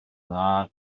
dda